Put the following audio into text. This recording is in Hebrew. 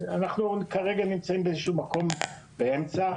אנחנו כרגע נמצאים באיזשהו מקום באמצע.